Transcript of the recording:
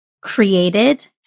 created